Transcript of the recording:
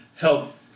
help